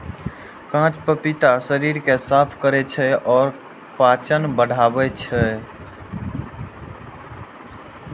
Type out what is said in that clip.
कांच पपीता शरीर कें साफ करै छै आ पाचन बढ़ाबै छै